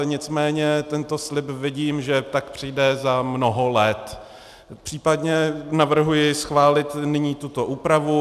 Nicméně tento slib vidím, že přijde za mnoho let, případně navrhuji schválit nyní tuto úpravu.